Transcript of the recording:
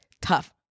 tough